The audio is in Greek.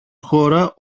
χώρα